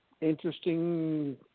interesting